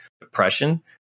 depression